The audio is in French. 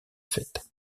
fêtes